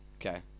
Okay